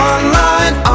Online